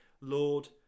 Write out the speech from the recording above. Lord